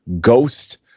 Ghost